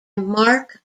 mark